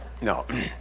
No